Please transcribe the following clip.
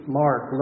mark